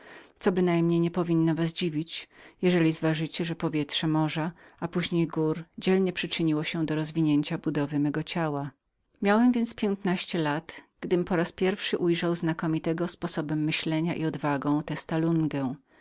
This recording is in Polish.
co bynajmniej nie powinno was dziwić jeżeli zważycie że powietrze morza i gór dzielnie przyczyniło się rozwinięcia budowy mego ciała miałem więc piętnaście lat gdym po raz pierwszy ujrzał znakomitego sposobem myślenia i odwagą